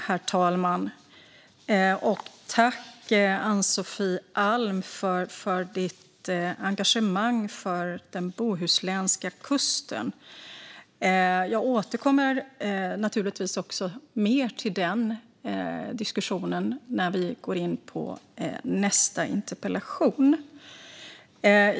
Herr talman! Tack, Ann-Sofie Alm, för ditt engagemang för den bohuslänska kusten! Jag återkommer till den diskussionen när vi går in på nästa interpellation.